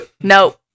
no